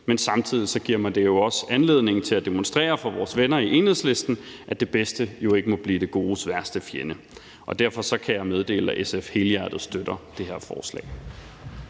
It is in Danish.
Men samtidig giver det mig også anledning til at demonstrere for vores venner i Enhedslisten, at det bedste jo ikke må blive det godes værste fjende, og derfor kan jeg meddele, at SF helhjertet støtter det her forslag.